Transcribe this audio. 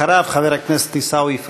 אחריו, חבר הכנסת עיסאווי פריג'.